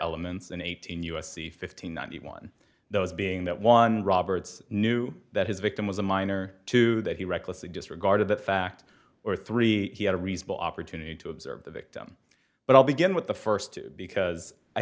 elements and eighteen u s c fifteen ninety one those being that one roberts knew that his victim was a minor two that he recklessly disregarded that fact or three he had a reasonable opportunity to observe the victim but i'll begin with the first because i